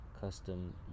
Custom